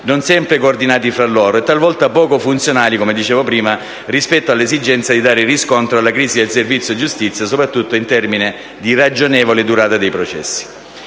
non sempre coordinati fra loro e, talvolta, poco funzionali - come dicevo prima - rispetto all'esigenza di dare riscontro alla crisi del servizio giustizia, soprattutto in termini di ragionevole durata dei processi.